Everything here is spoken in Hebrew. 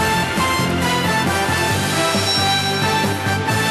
שהחזירה ועדת הכלכלה.